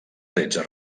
tretze